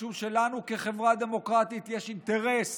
משום שלנו, כחברה דמוקרטית, יש אינטרס